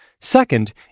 Second